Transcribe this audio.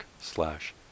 slash